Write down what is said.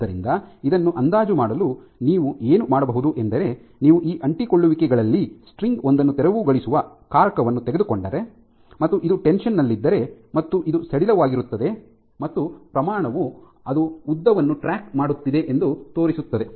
ಆದ್ದರಿಂದ ಇದನ್ನು ಅಂದಾಜು ಮಾಡಲು ನೀವು ಏನು ಮಾಡಬಹುದು ಎಂದರೆ ನೀವು ಈ ಅಂಟಿಕೊಳ್ಳುವಿಕೆಗಳಲ್ಲಿ ಸ್ಟ್ರಿಂಗ್ ಒಂದನ್ನು ತೆರವುಗೊಳಿಸುವ ಕಾರಕವನ್ನು ತೆಗೆದುಕೊಂಡರೆ ಮತ್ತು ಇದು ಟೆನ್ಷನ್ ನಲ್ಲಿದ್ದರೆ ಮತ್ತು ಇದು ಸಡಿಲವಾಗಿರುತ್ತದೆ ಮತ್ತು ಪ್ರಮಾಣವು ಅದು ಉದ್ದವನ್ನು ಟ್ರ್ಯಾಕ್ ಮಾಡುತ್ತಿದೆ ಎಂದು ತೋರಿಸುತ್ತದೆ